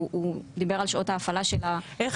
הוא דיבר על שעות ההפעלה של --- איך